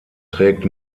trägt